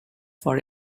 for